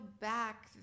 back